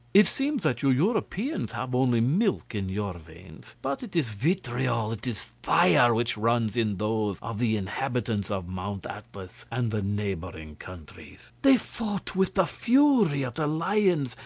it seems that you europeans have only milk in your veins but it is vitriol, it is fire which runs in those of the inhabitants of mount atlas and the neighbouring countries. they fought with the fury of the lions,